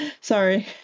Sorry